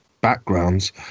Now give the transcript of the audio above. backgrounds